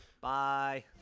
Bye